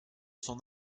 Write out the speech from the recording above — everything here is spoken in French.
son